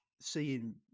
Seeing